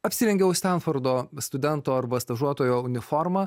apsirengiau stenfordo studento arba stažuotojo uniformą